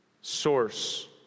source